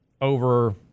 over